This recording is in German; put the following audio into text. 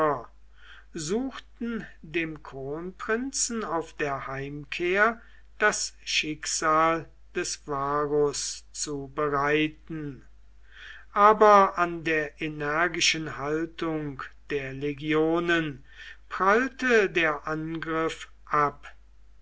suchten dem kronprinzen auf der heimkehr das schicksal des varus zu bereiten aber an der energischen haltung der legionen prallte der angriff ab